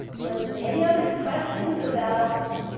let's see. any other questions about